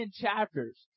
chapters